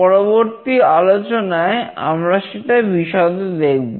পরবর্তী আলোচনায় আমরা সেটা বিশদে দেখব